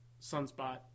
Sunspot